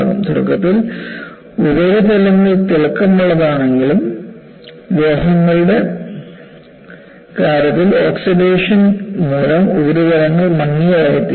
തുടക്കത്തിൽ ഉപരിതലങ്ങൾ തിളക്കമുള്ളതാണെങ്കിലും ലോഹങ്ങളുടെ കാര്യത്തിൽ ഓക്സിഡേഷൻ മൂലം ഉപരിതലങ്ങൾ മങ്ങിയതായിത്തീരുന്നു